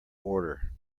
order